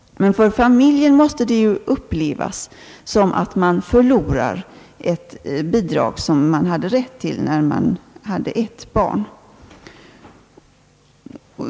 För familjen måste det ju upplevas som att man förlorar ett bidrag som man hade rätt till när man hade ett barn.